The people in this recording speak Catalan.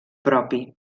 propi